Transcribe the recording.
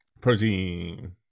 protein